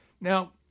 Now